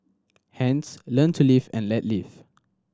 hence learn to live and let live